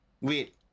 Wait